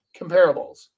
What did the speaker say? comparables